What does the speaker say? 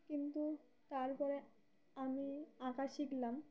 কিন্তু তারপরে আমি আঁকা শিখলাম